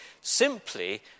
simply